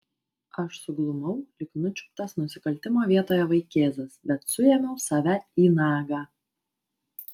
aš suglumau lyg nučiuptas nusikaltimo vietoje vaikėzas bet suėmiau save į nagą